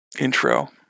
intro